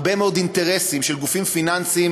הרבה מאוד אינטרסים של גופים פיננסיים,